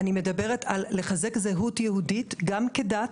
אני מדברת על לחזק זהות יהודית גם כדת,